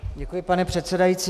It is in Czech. Děkuji, pane předsedající.